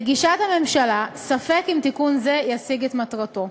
לגישת הממשלה, ספק אם תיקון זה ישיג את מטרתו,